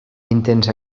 intensa